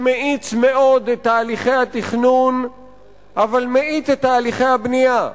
שמאיץ מאוד את תהליכי התכנון אבל מאט את תהליכי הבנייה.